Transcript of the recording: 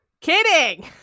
Kidding